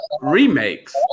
remakes